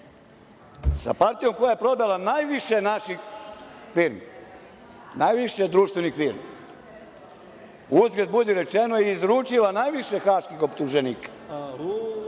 saveznikom, koja je prodala najviše naših firmi, najviše društvenih firmi, uzgred budi rečeno, i izručila najviše haških optuženika.